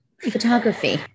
photography